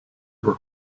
were